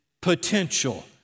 potential